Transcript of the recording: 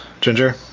Ginger